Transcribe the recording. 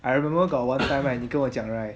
I remember got one time right 你给我讲 right